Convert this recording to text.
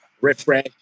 refresh